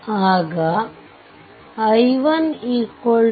ಆಗ i1 2